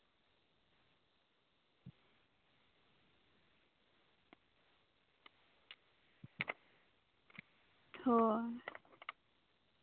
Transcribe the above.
ᱦᱳᱭ